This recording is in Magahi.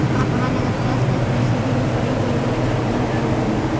महानगर के आस पास कृषिभूमि पर भी बिल्डर के कब्जा हो गेलऽ हई